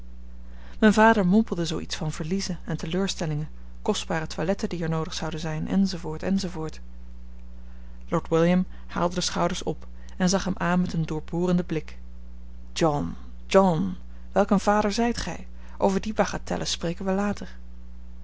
mijn vader mompelde zoo iets van verliezen en teleurstellingen kostbare toiletten die er noodig zouden zijn enz enz lord william haalde de schouders op en zag hem aan met een doorborenden blik john john welk een vader zijt gij over die bagatellen spreken wij later